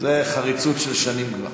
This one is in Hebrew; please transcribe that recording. זה חריצות של שנים כבר.